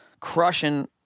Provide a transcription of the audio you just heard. crushing